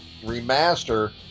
remaster